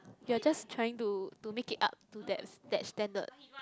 you're just trying to to make it up to that that standard